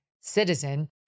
Citizen